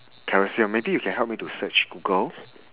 colosseum maybe you can help me to search google